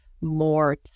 more